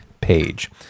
page